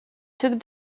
took